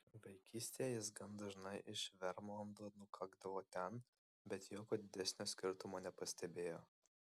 vaikystėje jis gan dažnai iš vermlando nukakdavo ten bet jokio didesnio skirtumo nepastebėjo